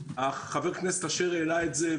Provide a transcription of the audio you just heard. חבר הכנסת אשר העלה את זה,